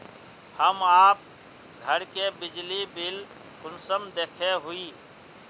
हम आप घर के बिजली बिल कुंसम देखे हुई?